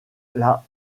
plus